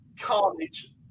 carnage